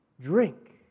Drink